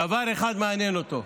דבר אחד מעניין אותו: